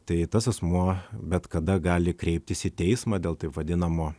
tai tas asmuo bet kada gali kreiptis į teismą dėl taip vadinamo